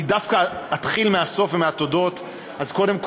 אני דווקא אתחיל מהסוף ומהתודות, אז קודם כול,